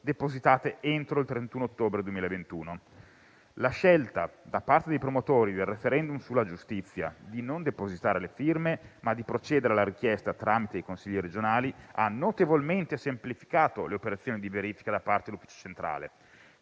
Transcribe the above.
depositate entro il 31 ottobre 2021. La scelta da parte dei promotori del *referendum* sulla giustizia di non depositare le firme, ma di procedere alla richiesta tramite i consigli regionali ha notevolmente semplificato le operazioni di verifica da parte dell'Ufficio centrale.